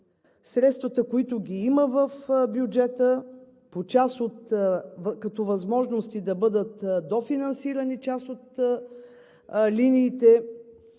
средствата, които ги има в бюджета, като възможности да бъдат дофинансирани част от линиите.